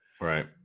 Right